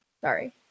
Sorry